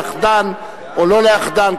או לאחדם או לא לאחדם,